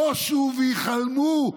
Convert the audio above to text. בושו והיכלמו,